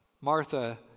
Martha